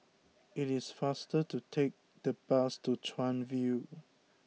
it is faster to take the bus to Chuan View